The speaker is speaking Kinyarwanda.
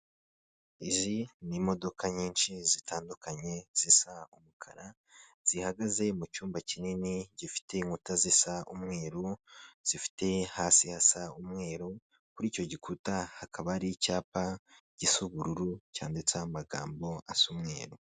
Izi ni imodoka nyinshi zitandukanye zisa umukara, zihagaze mu cyumba kinini gifite inkuta zisa umweru, zifite hasi hasa umweru, kuri icyo gikuta hakaba ari icyapa gisa ubururu cyanditseho amagambo asa umweru.